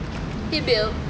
he bailed